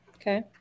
Okay